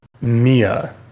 Mia